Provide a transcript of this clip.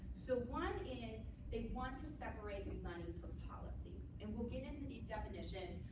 so one is they want to separate the money from policy. and we'll get into these definitions,